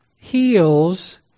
heals